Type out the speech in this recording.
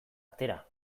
atera